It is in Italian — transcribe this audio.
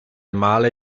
male